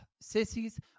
Sissies